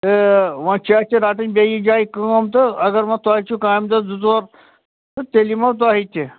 تہٕ وۅنۍ چھِ اَسہِ رَٹٕنۍ بیٚیِس جایہِ کٲم تہٕ اگر وۅنۍ تۄہہِ چھُو کامہِ دۄہ زٕ ژور تیٚلہِ یِمو تۄہہِ تہِ